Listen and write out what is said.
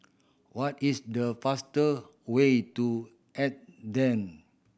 what is the faster way to Athen